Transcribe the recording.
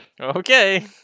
Okay